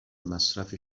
مصرف